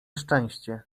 szczęście